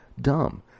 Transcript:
DUMB